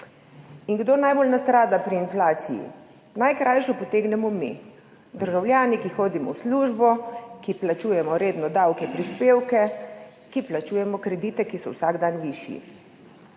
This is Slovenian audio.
In kdo najbolj nastrada pri inflaciji? Najkrajšo potegnemo mi, državljani, ki hodimo v službo, ki redno plačujemo davke, prispevke, ki plačujemo kredite, ki so vsak dan višji.